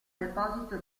deposito